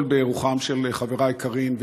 הכול באירוחם של חבריי היקרים,